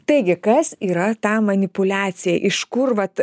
taigi kas yra ta manipuliacija iš kur vat